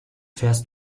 fährst